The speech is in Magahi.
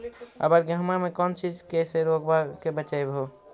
अबर गेहुमा मे कौन चीज के से रोग्बा के बचयभो?